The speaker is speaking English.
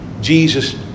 Jesus